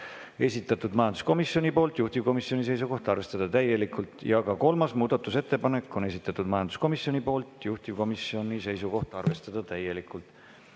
esitanud majanduskomisjon, juhtivkomisjoni seisukoht: arvestada täielikult. Ja ka kolmanda muudatusettepaneku on esitanud majanduskomisjon, juhtivkomisjoni seisukoht: arvestada täielikult.